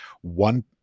one